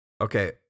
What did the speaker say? Okay